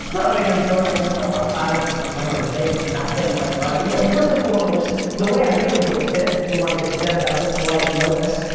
no i mean, there's no, i mean i don't remember a day where nothing went right. i mean, first and foremost, the way i really deal with it, if we wanna get zen about this, and a lot of you know this,